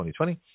2020